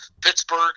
Pittsburgh